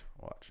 watch